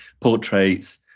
portraits